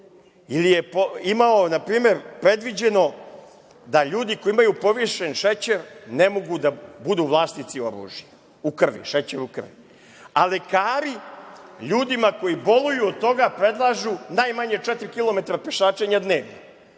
ili je imao na primer predviđeno da ljudi koji imaju povišen šećer ne mogu da budu vlasnici oružja, u krvi, šećera u krvi.A lekari, ljudima koji boluju od toga predlažu najmanje 4 km pešačenja dnevno.